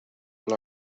the